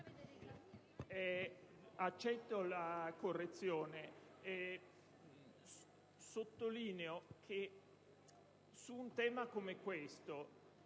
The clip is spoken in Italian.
Accetto la correzione; ma sottolineo che su un tema come questo